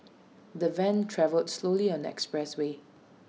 the van travelled slowly on the expressway